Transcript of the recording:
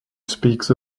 speaks